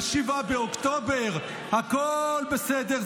7 באוקטובר הכול בסדר,